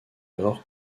alors